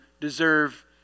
deserve